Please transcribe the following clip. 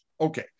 Okay